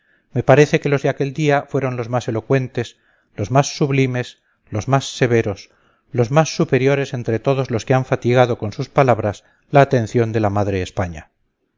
me parece que los de aquel día fueron los más elocuentes los más sublimes los más severos los más superiores entre todos los que han fatigado con sus palabras la atención de la madre españa